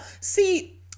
See